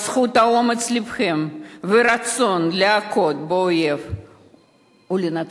בזכות אומץ לבכם והרצון להכות באויב ולנצחו.